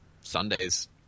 Sundays